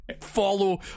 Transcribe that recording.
follow